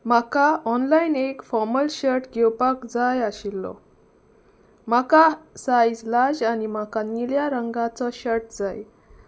म्हाका ऑनलायन एक formal shirt घेवपाक जाय आशिल्लो म्हाका सायज लार्ज आनी म्हाका निळ्या रंगाचो शर्ट जाय